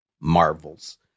marvels